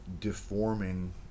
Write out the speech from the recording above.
deforming